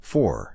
four